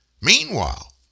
Meanwhile